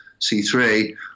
C3